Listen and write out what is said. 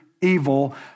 evil